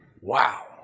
wow